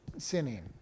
sinning